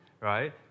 right